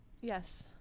yes